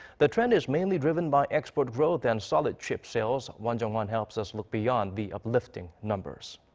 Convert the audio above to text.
the trend is mainly driven by export growth and solid chip sales. won jung-hwan help us look beyond the uplifting numbers.